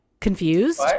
confused